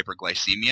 hyperglycemia